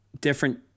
different